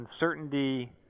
uncertainty